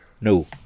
No